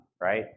right